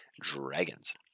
Dragons